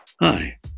Hi